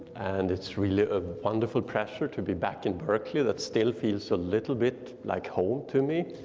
and it's really a wonderful pleasure to be back in berkeley, that still feels a little bit like home to me.